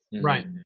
Right